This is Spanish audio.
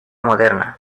moderna